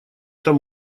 там